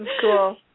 cool